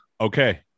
okay